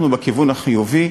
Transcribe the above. אנחנו בכיוון החיובי.